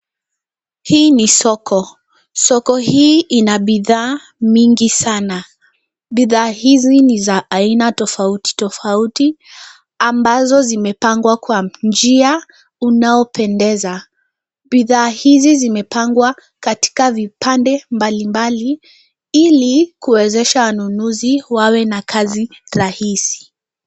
Hii ni soko. Soko hii ina bidhaa mingi sana. Bidhaa hizi ni za aina tofauti tofauti ambazo zimepangwa kwa njia unaopendeza. Bidhaa hizi zimepangwa katika vipande mbalimbali ili kuwezesha wanunuzi wawe na kazi rahisi.